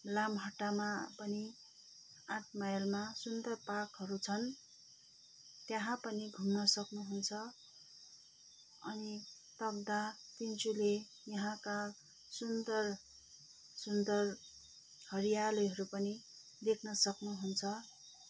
लामाहट्टामा पनि आठ माइलमा सुन्दर पार्कहरू छन् त्यहाँ पनि घुम्न सक्नुहुन्छ अनि तकदाह तिनचुले यहाँका सुन्दर सुन्दर हरियालीहरू पनि देख्न सक्नुहुन्छ